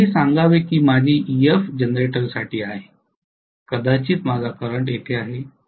तर आपण हे सांगावे की हे माझे Ef जनरेटरसाठी आहे कदाचित माझा करंट येथे आहे